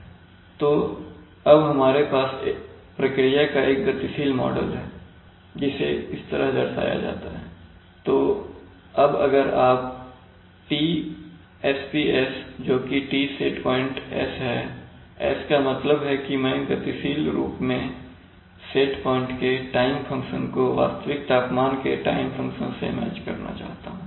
तो अब हमारे पास प्रक्रिया का एक गतिशील मॉडल है जिसे इस तरह दर्शाया जाता है तो अब अगर आप Tsps जोकि T सेट प्वाइंट s है s का मतलब है कि मैं गतिशील रूप से सेट पॉइंट के टाइम फंक्शन को वास्तविक तापमान के टाइम फंक्शन से मैच करना चाहता हूं